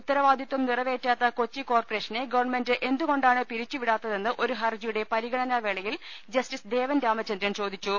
ഉത്തരവാദിത്വം നിറവേറ്റാത്ത കൊച്ചി കോർപ്പറേഷനെ ഗവൺമെന്റ് എന്തുകൊണ്ടാണ് പിരിച്ചുവിടാത്തതെന്ന് ഒരു ഹർജിയുടെ പരിഗണനാ വേള യിൽ ജസ്റ്റിസ് ദേവൻ രാമചന്ദ്രൻ ചോദിച്ചു